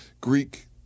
Greek